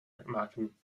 mcmahon